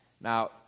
Now